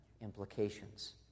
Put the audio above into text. implications